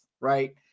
right